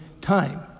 time